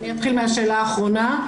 אני אתחיל מהשאלה האחרונה.